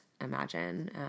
imagine